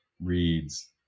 reads